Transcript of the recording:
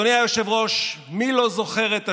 אדוני היושב-ראש, מי לא זוכר את השיר: